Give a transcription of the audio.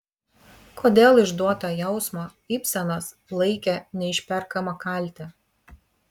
kodėl išduotą jausmą ibsenas laikė neišperkama kalte